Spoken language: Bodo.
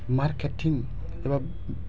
मारकेटिं एबा